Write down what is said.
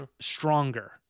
stronger